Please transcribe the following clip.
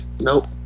Nope